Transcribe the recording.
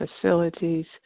facilities